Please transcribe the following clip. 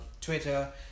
Twitter